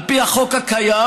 על פי החוק הקיים,